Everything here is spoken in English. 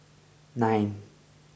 nine